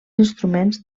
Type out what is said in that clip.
instruments